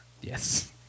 yes